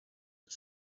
the